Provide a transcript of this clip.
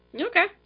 Okay